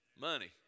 money